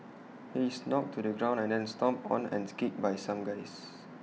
he is knocked to the ground and then stomped on and kicked by some guys